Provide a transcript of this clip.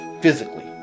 physically